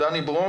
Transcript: קוטלר יתייחס